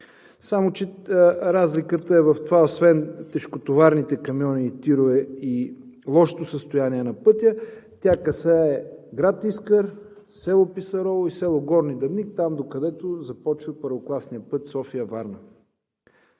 Само че разликата е в това освен тежкотоварните камиони, тировете и лошото състояние на пътя тя касае град Искър, село Писарово и село Горни Дъбник. Там, докъдето започва първокласният път София – Варна,